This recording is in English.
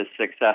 Success